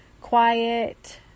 quiet